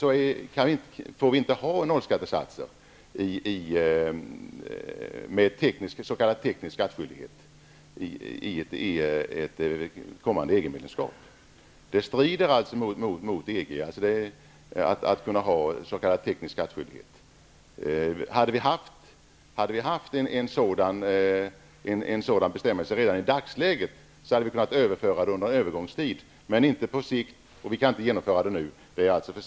Vi får inte ha nollskattesatser med s.k. teknisk skattskyldighet vid ett kommande EG medlemskap. Det strider mot EG:s regler att ha s.k. teknisk skattskyldighet. Om vi hade haft en sådan bestämmelse redan i dagsläget, hade vi kunnat överföra den under en övergångstid, men inte på sikt. Vi kan inte genomföra en ändring nu.